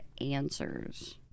answers